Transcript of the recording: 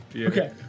Okay